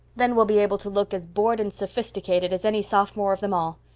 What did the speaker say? then we'll be able to look as bored and sophisticated as any sophomore of them all.